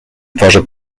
twarze